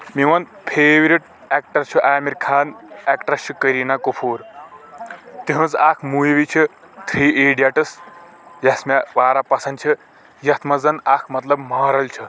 میون favourite actor چھُ Aamir Khan actress چھِ کٔریٖنا کفور تہنٛز اکھ موٗوی چھِ تھری ایٚڈیٹٕس یۄس مےٚ واریاہ پسنٛد چھِ یتھ منٛز زن اکھ مطلب مارَل چھِ